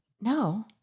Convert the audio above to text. No